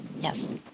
Yes